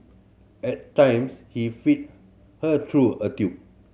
at times he fed her through a tube